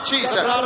Jesus